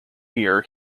year